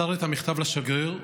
מסר את המכתב לשגריר.